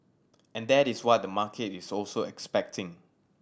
and that is what the market is also expecting